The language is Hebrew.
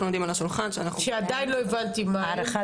יודעים על השולחן שעדיין לא הבנתי מה הם.